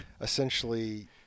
essentially